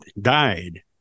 died